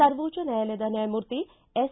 ಸರ್ವೋಚ್ದ ನ್ಯಾಯಾಲಯದ ನ್ನಾಯಮೂರ್ತಿ ಎಸ್